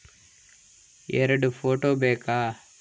ಎರಡು ಫೋಟೋ ಬೇಕಾ?